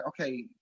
okay